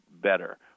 better